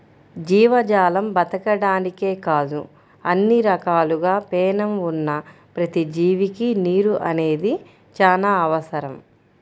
జీవజాలం బతకడానికే కాదు అన్ని రకాలుగా పేణం ఉన్న ప్రతి జీవికి నీరు అనేది చానా అవసరం